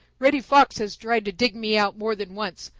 reddy fox has tried to dig me out more than once,